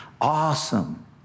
Awesome